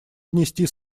внести